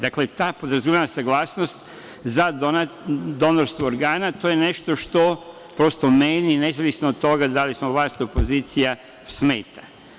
Dakle, ta podrazumevana saglasnost za donorstvo organa, to je nešto što prosto meni, nezavisno od toga da li smo vlast ili opozicija smeta.